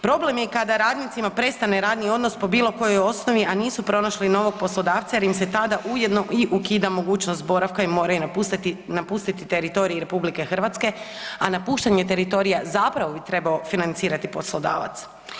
Problem je kada radnicima prestane radni odnos po bilo kojoj osnovi, a nisu pronašli novog poslodavca jer im se tada ujedno i ukida mogućnost boravka i moraju napustiti, napustiti teritorij RH, a napuštanje teritorija zapravo bi trebao financirati poslodavac.